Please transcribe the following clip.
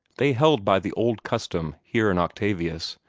they held by the old custom, here in octavius,